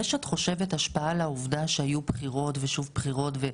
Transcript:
את חושבת שיש השפעה לעובדה שהיו בחירות ושוב בחירות,